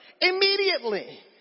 immediately